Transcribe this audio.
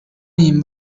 این